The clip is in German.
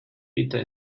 bitte